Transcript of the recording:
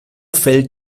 fällt